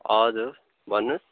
हजुर भन्नुहोस्